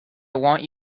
want